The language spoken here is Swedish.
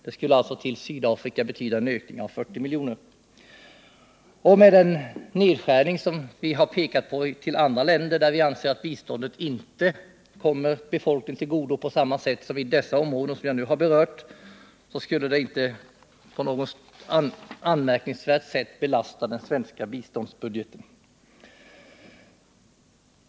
Det skulle alltså betyda en ökning av biståndet till Sydafrika med 40 milj.kr. Med den nedskärning som vi har pekat på såsom möjlig till andra länder, där vi anser att biståndet inte kommer befolkningen till godo på samma sätt som i de områden som jag nu har berört, skulle det inte på något anmärkningsvärt sätt belasta den svenska biståndsbudgeten.